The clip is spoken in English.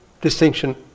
distinction